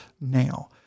now